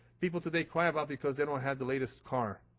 people today cry about because they don't have the latest car.